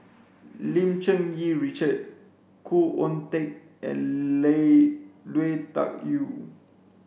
Lim Cherng Yih Richard Khoo Oon Teik and Lee Lui Tuck Yew